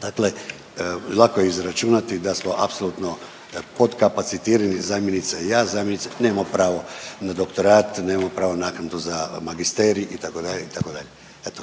Dakle lako je izračunati da smo apsolutno potkapacitirani zamjenica i ja, zamjenica, nemamo pravo na doktorat, nemamo pravo na naknadu za magister, itd., itd. Eto,